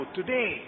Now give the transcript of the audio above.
today